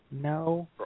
No